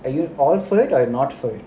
are you all for it or not for it